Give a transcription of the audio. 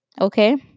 okay